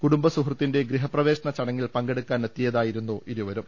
കുടുംബ സുഹൃത്തിന്റെ ഗൃഹപ്രവേശന ചടങ്ങിൽ പങ്കെടുക്കാൻ എത്തിയതായിരുന്നു ഇരുവരും